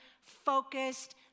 focused